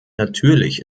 natürlich